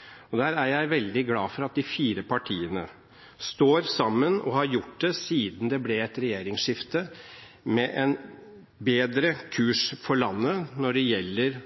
gjør. Der er jeg veldig glad for at de fire partiene står sammen, og har gjort det siden det ble et regjeringsskifte, med en bedre kurs for landet når det gjelder